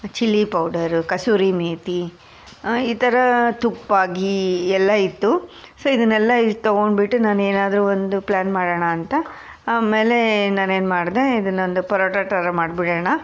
chilli powder ಕಸೂರಿ ಮೇಥಿ ಈ ಥರ ತುಪ್ಪ ಘೀ ಎಲ್ಲ ಇತ್ತು ಸೊ ಇದನ್ನೆಲ್ಲ ತೊಗೊಂಡುಬಿಟ್ಟು ನಾನೇನಾದರೂ ಒಂದು ಪ್ಲ್ಯಾನ್ ಮಾಡೋಣ ಅಂತ ಆಮೇಲೆ ನಾನೇನು ಮಾಡಿದೆ ಇದನ್ನೊಂದು ಪರೋಟ ಥರ ಮಾಡ್ಬಿಡೋಣ